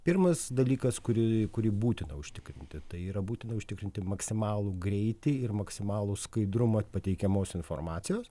pirmas dalykas kurį kurį būtina užtikrinti tai yra būtina užtikrinti maksimalų greitį ir maksimalų skaidrumą pateikiamos informacijos